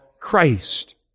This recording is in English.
Christ